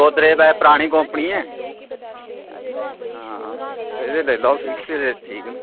गोदरेज दा परानी कौंपनी ऐ आं एह्दे लेई लैओ फ्लिप्स दे ठीक न